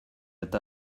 eta